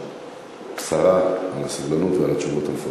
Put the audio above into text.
למציעים ותודה לשרה על הסבלנות ועל התשובות המפורטות.